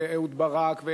ואהוד ברק,